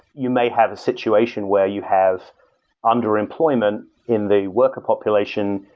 you may have a situation where you have underemployment in the worker population.